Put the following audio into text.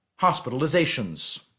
hospitalizations